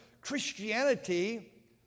Christianity